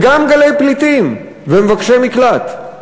וגם גלי פליטים ומבקשי מקלט.